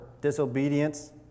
disobedience